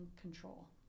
control